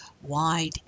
wide